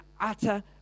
utter